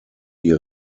die